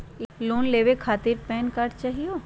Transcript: Loan लेवे खातीर PAN card चाहियो?